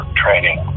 training